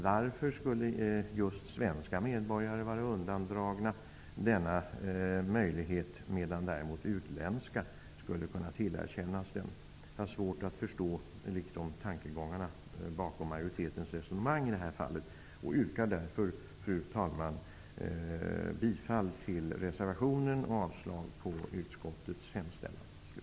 Varför skulle just svenska medborgare vara undandragna denna möjlighet, medan däremot utländska medborgare skulle kunna tillerkännas den? Jag har svårt att förstå tankegångarna bakom majoritetens resonemang i detta fall. Fru talman! Jag yrkar därför bifall till reservationen och avslag på utskottets hemställan.